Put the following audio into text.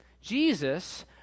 Jesus